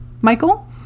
Michael